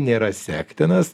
nėra sektinas